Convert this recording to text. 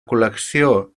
col·lecció